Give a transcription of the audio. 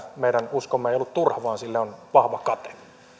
meidän uskomme ei ollut turha vaan sille oli vahva kate